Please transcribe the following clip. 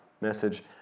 Message